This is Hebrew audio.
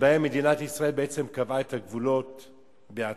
שבהם מדינת ישראל בעצם קבעה את הגבולות בעצמה.